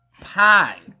Pie